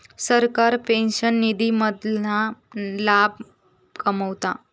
सरकार पेंशन निधी मधना लाभ कमवता